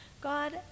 God